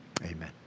amen